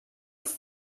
ist